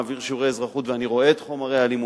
אני מעביר שיעורי אזרחות ואני רואה את חומרי הלימוד.